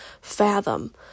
fathom